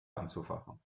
anzufachen